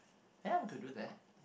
ya we could do that